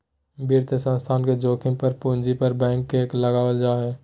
वित्तीय संस्थान के जोखिम पर पूंजी पर बैंक के कर लगावल जा हय